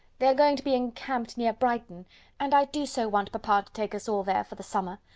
they are going to be encamped near brighton and i do so want but papa to take us all there for the summer!